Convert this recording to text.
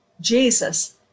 Jesus